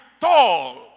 tall